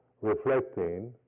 reflecting